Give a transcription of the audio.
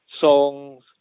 songs